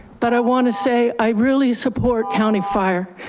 but i wanna say i really support county fire.